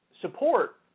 support